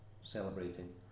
celebrating